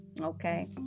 okay